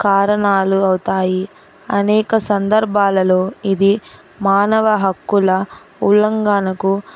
కారణాలు అవుతాయి అనేక సందర్భాలలో ఇది మానవ హక్కుల ఉల్లంగణకు